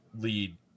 lead